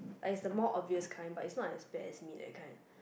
like is the most obvious kind but is not bad as me that kind